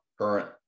current